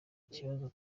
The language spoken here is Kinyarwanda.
kibazo